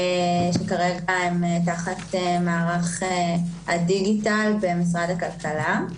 שכרגע הם תחת מערך הדיגיטל במשרד הכלכלה.